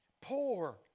Poor